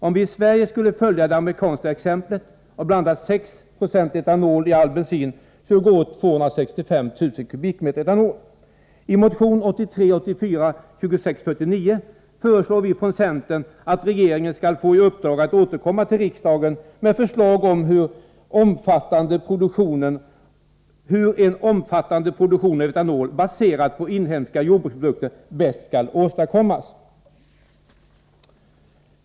Om vi i Sverige skulle följa det amerikanska exemplet och blanda 6 96 etanol i all bensin, skulle det gå åt ca 265 000 m?. uppdrag att återkomma till riksdagen med förslag om hur en omfattande produktion av etanol baserad på inhemska jordbruksprodukter bäst skall åstadkommas.